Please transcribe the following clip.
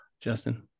Justin